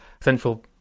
central